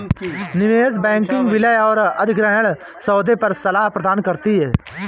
निवेश बैंकिंग विलय और अधिग्रहण सौदों पर सलाह प्रदान करती है